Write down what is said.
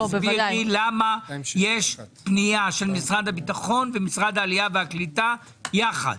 למה יש פנייה של משרד הביטחון ומשרד העלייה והקליטה יחד?